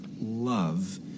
love